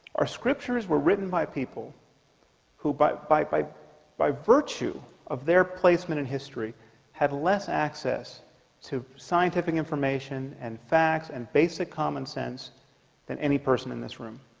our scriptures were written by people who by by by virtue of their placement in history have less access to scientific information and facts and basic common sense than any person in this room